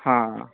आं